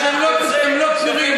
אני גיניתי את זה לחלוטין, מה זה שייך?